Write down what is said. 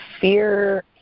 fear